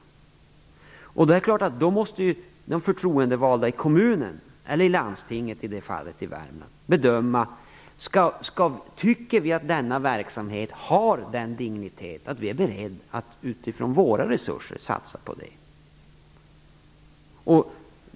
Då är det klart att de förtroendevalda i kommunen - eller i landstinget i fallet i Värmland - skall bedöma om de tycker att denna verksamhet har den digniteten att de är beredda att utifrån sina resurser satsa på den.